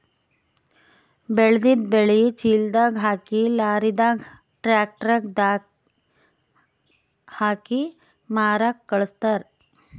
ಬೆಳೆದಿದ್ದ್ ಬೆಳಿ ಚೀಲದಾಗ್ ಹಾಕಿ ಲಾರಿದಾಗ್ ಟ್ರ್ಯಾಕ್ಟರ್ ದಾಗ್ ಹಾಕಿ ಮಾರಕ್ಕ್ ಖಳಸ್ತಾರ್